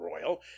royal